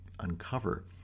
uncover